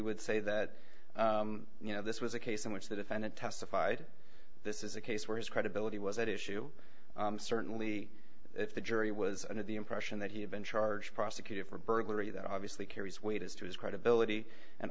would say that you know this was a case in which the defendant testified this is a case where his credibility was at issue certainly if the jury was under the impression that he had been charged prosecuted for burglary that obviously carries weight as to his credibility and